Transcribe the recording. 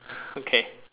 okay